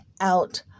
out